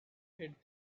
lit